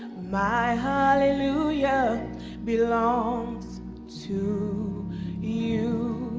my hallelujah belongs to you